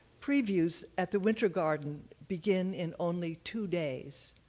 previews at the winter garden begin in only two days.